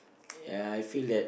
ya I feel that